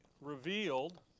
Revealed